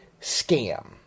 scam